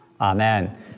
amen